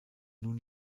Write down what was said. nun